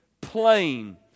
plain